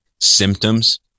symptoms